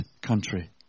country